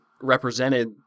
represented